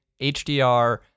HDR